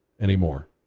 anymore